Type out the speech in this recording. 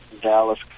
Dallas